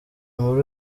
muri